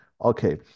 Okay